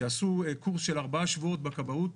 שעשו קורס של ארבעה שבועות בכבאות,